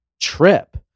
trip